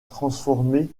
transformé